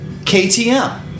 KTM